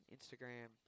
Instagram